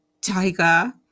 Tiger